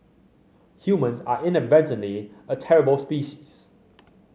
humans are inadvertently a terrible species